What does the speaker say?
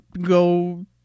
go